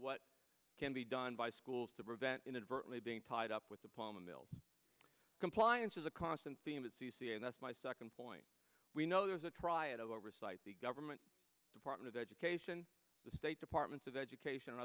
what can be done by schools to prevent inadvertently being tied up with the palm mills compliance is a constant theme at c c a and that's my second point we know there's a triad of oversight the government department of education the state departments of education o